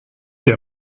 der